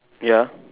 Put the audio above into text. ya